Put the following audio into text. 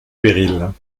périls